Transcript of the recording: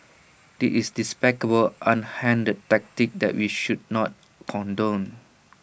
this is despicable underhand tactic that we should not condone